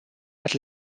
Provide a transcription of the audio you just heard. had